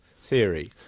theory